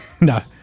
No